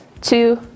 two